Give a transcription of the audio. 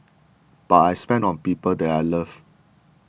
but I spend on people that I love